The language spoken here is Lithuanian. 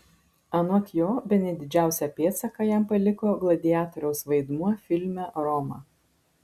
anot jo bene didžiausią pėdsaką jam paliko gladiatoriaus vaidmuo filme roma